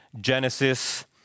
Genesis